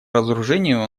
разоружению